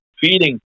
feeding